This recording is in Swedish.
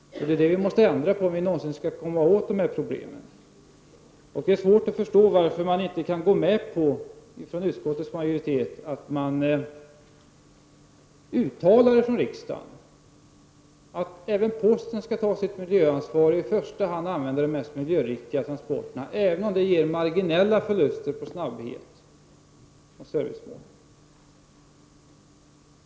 Det är det vi måste ändra på, om vi någonsin skall komma åt dessa problem. Det är svårt att förstå varför inte utskottets majoritet kan gå med på att riksdagen uttalar att även posten skall ta sitt miljöansvar och i första hand använda de mest miljöriktiga transportmedlen, även om det ger marginella förluster i snabbhet och service.